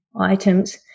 items